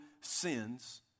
sins